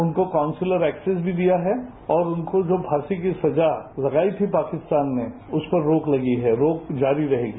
उनको consular access भी दिया है और उनको जो फांसी की सजा लगायी थी पाकिस्तान ने उस पर रोक लगी हैं रोक जारी रहेगी